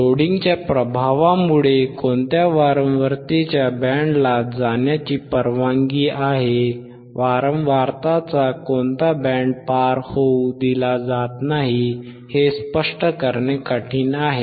लोडिंगच्या प्रभावामुळे कोणत्या वारंवारतेच्या बँडला जाण्याची परवानगी आहे वारंवारताचा कोणता बँड पार होऊ दिला जात नाही हे स्पष्ट करणे कठीण आहे